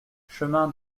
chemin